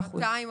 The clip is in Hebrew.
200 אחוז,